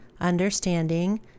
understanding